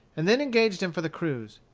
and then engaged him for the cruise.